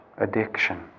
Addiction